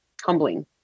humbling